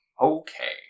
Okay